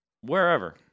Wherever